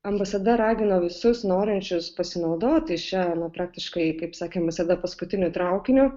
ambasada ragino visus norinčius pasinaudoti šia praktiškai kaip sakėm visada paskutiniu traukiniu